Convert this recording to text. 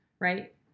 right